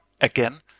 again